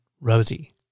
Rosie